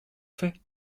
fait